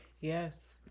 Yes